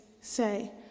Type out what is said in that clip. say